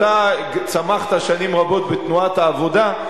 אתה צמחת שנים רבות בתנועת העבודה,